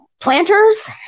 planters